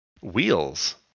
wheels